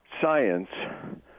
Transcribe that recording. science